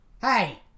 hey